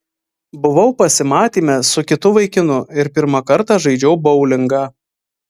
buvau pasimatyme su kitu vaikinu ir pirmą kartą žaidžiau boulingą